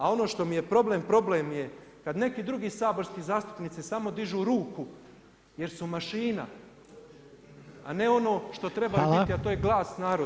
A ono što mi je problem, problem je kada neki drugi saborski zastupnici samo dižu ruku jer su mašina, a ne ono što treba biti a to je glas naroda.